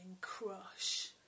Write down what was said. crush